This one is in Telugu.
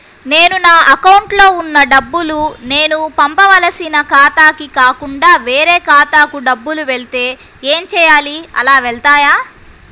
నేను నా అకౌంట్లో వున్న డబ్బులు నేను పంపవలసిన ఖాతాకి కాకుండా వేరే ఖాతాకు డబ్బులు వెళ్తే ఏంచేయాలి? అలా వెళ్తాయా?